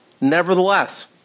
Nevertheless